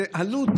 זה עלות.